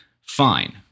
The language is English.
fine